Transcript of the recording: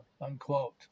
unquote